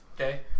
Okay